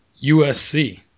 USC